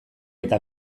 eta